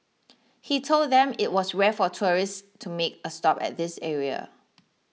he told them it was rare for tourists to make a stop at this area